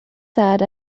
sad